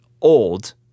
old